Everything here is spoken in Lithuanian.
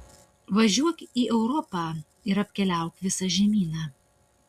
važiuok į europą ir apkeliauk visą žemyną